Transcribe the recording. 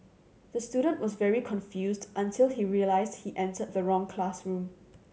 the student was very confused until he realised he entered the wrong classroom